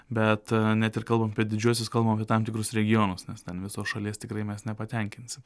bet net ir kalbam apie didžiuosius kalbam apie tam tikrus regionus nes ten visos šalies tikrai mes nepatenkinsim